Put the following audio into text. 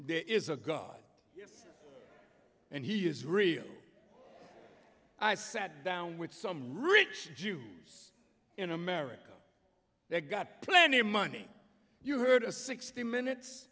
there is a god and he is real i sat down with some rich jews in america they got plenty of money you heard a sixty minutes